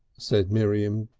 said miriam,